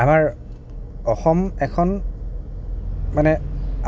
আমাৰ অসম এখন মানে